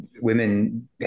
women